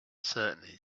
certainly